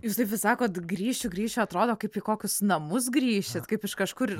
jūs taip vis sakot grįšiu grįšiu atrodo kaip į kokius namus grįšit kaip iš kažkur ir